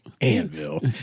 Anvil